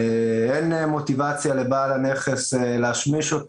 כי זה יוצר חוסר מוטיבציה לבעל הנכס להשמיש את